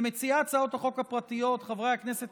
למציעי הצעות החוק הפרטיות חברי הכנסת